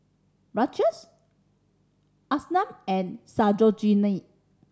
Rajesh Arnab and Sarojini